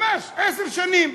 ממש, עשר שנים.